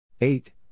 Eight